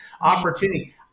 opportunity